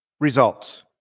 results